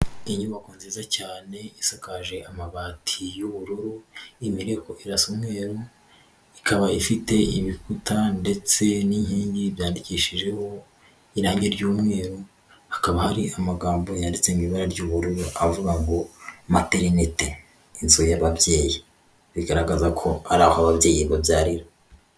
Inyubako nziza cyane isakaje amabati y'ubururu. Imireko irasa umweru, ikaba ifite ibikuta ndetse n'inkingi byandikishijeho irangi ry'umweru. Hakaba hari amagambo yanditse mu ibara ry'ubururu avuga ngo materiniti, inzu y'ababyeyi. Bigaragaza ko ari aho ababyeyi babyarira.